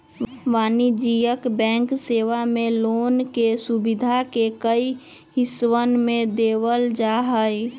वाणिज्यिक बैंक सेवा मे लोन के सुविधा के कई हिस्सवन में देवल जाहई